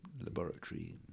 laboratory